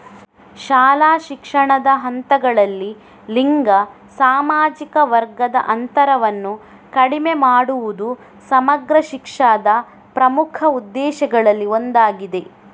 ಶಾಲಾ ಶಿಕ್ಷಣದ ಹಂತಗಳಲ್ಲಿ ಲಿಂಗ ಸಾಮಾಜಿಕ ವರ್ಗದ ಅಂತರವನ್ನು ಕಡಿಮೆ ಮಾಡುವುದು ಸಮಗ್ರ ಶಿಕ್ಷಾದ ಪ್ರಮುಖ ಉದ್ದೇಶಗಳಲ್ಲಿ ಒಂದಾಗಿದೆ